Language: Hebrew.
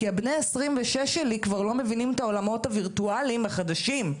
כי בני 26 שלי כבר לא מבינים את העולמות הווירטואליים החדשים.